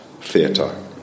theatre